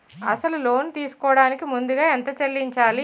అసలు లోన్ తీసుకోడానికి ముందుగా ఎంత చెల్లించాలి?